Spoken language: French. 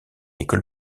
école